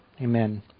Amen